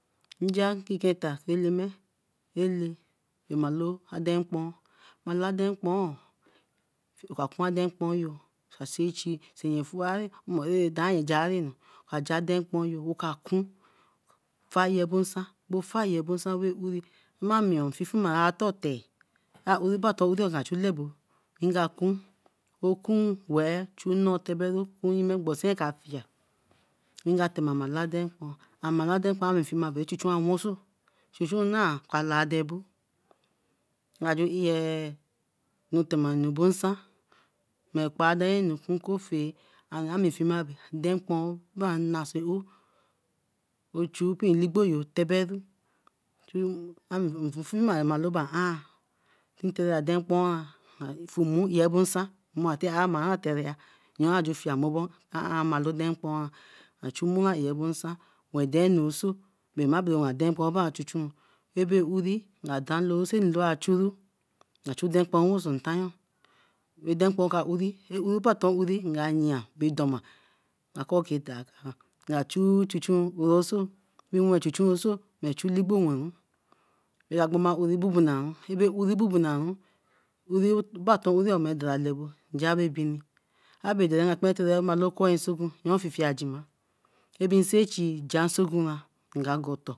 Nja ki eta elem ele, emalo adenkpoo mar la denkpoo, oka kun adenkpoo yo oka seer achi, efueri da yen jairi oka jar adenpoor, oka kun fire bosen ra ouri maye ra mi oo ra toteh a ouri batton, oka chu lebo ngakun, weeh kun wee chu nnoo tebelu ebonseye ka yie nga temela adenkpoor adenkpoor fima ra chu chu awon so chuey chuey now ka lai den boebo ngaju iye nu tamebo nsan. Mai kpai dayen nu, okofae, adenkpoor ba na soe oou ochu opie olugbo yo teberu, fufu bae ann, adenkpoor ra fu nmu wen bo san mai till amai atereyah, yai teh fie mobo, ma chu nmu wen bo nsan ben dain anu oso, mma bare wen adenkpor nmu a chuchuri, bebe uri, nka dan lo seer nlo a churu, nga chu adenkpoor wose ntanyo. Adenkpour ka uri, a uri patton uri, nka yea bedoma, nga chu chun chun wen so, rinwe chun chun oso, chu oligbo wen ru. araru abubuna baton wey ara lebo, nja bere bini. Abe darey mba kparan tere balo okquonsogun